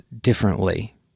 differently